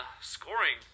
scoring